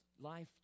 life